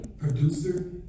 producer